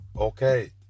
Okay